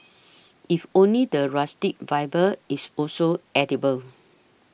if only the rustic vibe is also edible